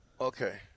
Okay